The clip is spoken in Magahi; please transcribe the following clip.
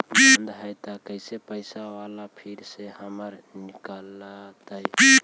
बन्द हैं त कैसे पैसा बाला फिर से हमर निकलतय?